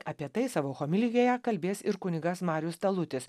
apie tai savo homilijoje kalbės ir kunigas marius talutis